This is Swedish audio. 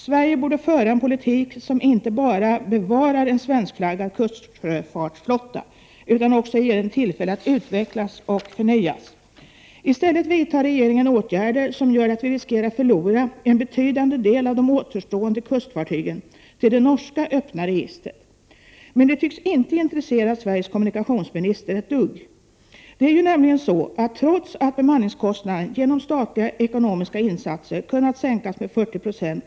Sverige borde föra en politik som inte bara bevarar en svenskflaggad kustsjöfartsflotta, utan också ger den tillfälle att utvecklas och förnyas. Regeringen vidtar i ställer åtgärder som gör att vi riskerar att förlora en betydande del av de återstående kustfartygen till det norska öppna registret. Det tycks emellertid inte alls intressera Sveriges kommunikationsminister. Trots att bemanningskostnaden kunnat sänkas med 40 90 på svenska fartyg genom statliga ekonomiska insatser, är kostnaden långt ifrån nere på — Prot.